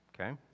okay